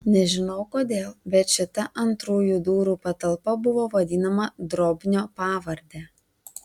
nežinau kodėl bet šita antrųjų durų patalpa buvo vadinama drobnio pavarde